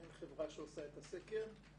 יש חברה שעושה את הסקר.